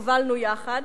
שהובלנו יחד.